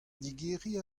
digeriñ